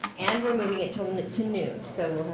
and we're moving it to um it to noon. so